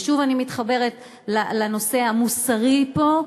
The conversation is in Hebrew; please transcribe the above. ושוב אני מתחברת לנושא המוסרי פה,